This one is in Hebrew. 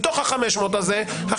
מתוך ה-500 הזה,